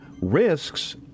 risks